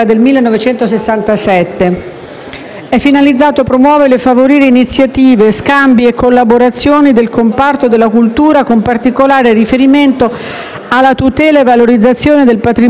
È finalizzato a promuovere e favorire iniziative, scambi e collaborazioni nel comparto della cultura, con particolare riferimento alla tutela e valorizzazione del patrimonio archeologico dei due Paesi.